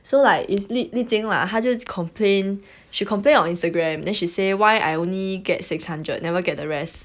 so like is li jin lah 他就 complain she complained on instagram then she say why I only get six hundred never get the rest